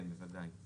כן, בוודאי.